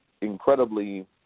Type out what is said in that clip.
incredibly